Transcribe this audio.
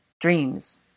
Dreams